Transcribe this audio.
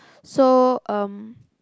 so um